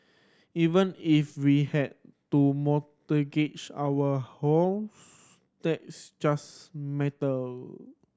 even if we had to mortgage our house that's just metal